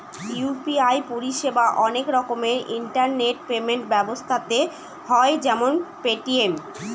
UPI পরিষেবা অনেক রকমের ইন্টারনেট পেমেন্ট ব্যবস্থাতে হয় যেমন পেটিএম